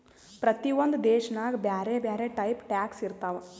ಪ್ರತಿ ಒಂದ್ ದೇಶನಾಗ್ ಬ್ಯಾರೆ ಬ್ಯಾರೆ ಟೈಪ್ ಟ್ಯಾಕ್ಸ್ ಇರ್ತಾವ್